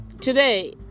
today